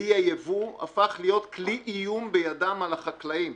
כלי הייבוא הפך להיות כלי איום בידן על החקלאים.